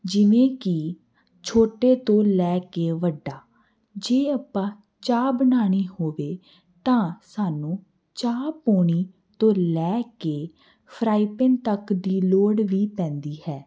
ਜਿਵੇਂ ਕਿ ਛੋਟੇ ਤੋਂ ਲੈ ਕੇ ਵੱਡਾ ਜੇ ਆਪਾਂ ਚਾਹ ਬਣਾਉਣੀ ਹੋਵੇ ਤਾਂ ਸਾਨੂੰ ਚਾਹ ਪੋਣੀ ਤੋਂ ਲੈ ਕੇ ਫਰਾਈਪਿਨ ਤੱਕ ਦੀ ਲੋੜ ਵੀ ਪੈਂਦੀ ਹੈ